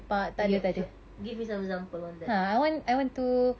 I get cho~ give me some example on that